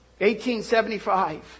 1875